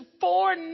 four